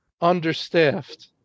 understaffed